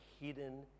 Hidden